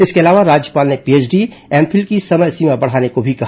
इसके अलावा राज्यपाल ने पीएचडी एमफिल की समय सीमा बढ़ाने को भी कहा